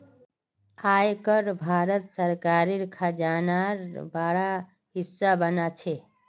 आय कर भारत सरकारेर खजानार बड़ा हिस्सा बना छे